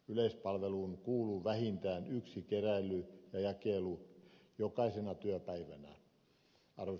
yleispalveluun kuuluu vähintään yksi keräily ja jakelu jokaisena työpäivänä